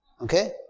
Okay